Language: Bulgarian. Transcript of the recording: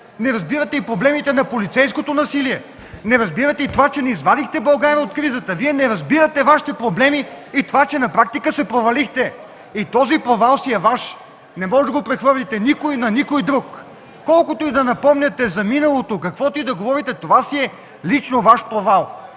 Не разбирате и проблемите на полицейското насилие, не разбирате и това, че не извадихте България от кризата! Вие не разбирате Вашите проблеми – че на практика се провалихте! Този провал си е Ваш, не може да го прехвърлите на никой друг. Колкото и да напомняте за миналото, каквото и да говорите – това си е лично Ваш провал.